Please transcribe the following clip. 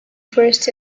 first